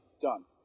done